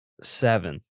seven